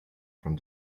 from